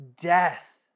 death